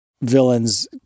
Villains